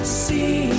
see